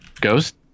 Ghost